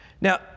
Now